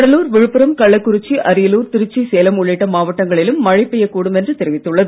கடலூர் விழுப்புரம் கள்ளக்குறிச்சி அரியலூர் திருச்சி சேலம் உள்ளிட்ட மாவட்டங்களிலும் மழை பெய்யக் கூடும் என்று தெரிவித்துள்ளது